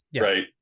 Right